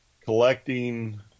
collecting